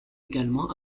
également